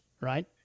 right